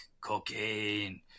cocaine